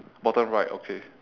bottom right okay